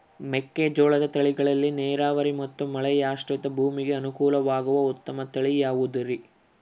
ಮೆಕ್ಕೆಜೋಳದ ತಳಿಗಳಲ್ಲಿ ನೇರಾವರಿ ಮತ್ತು ಮಳೆಯಾಶ್ರಿತ ಭೂಮಿಗೆ ಅನುಕೂಲವಾಗುವ ಉತ್ತಮ ತಳಿ ಯಾವುದುರಿ?